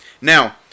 Now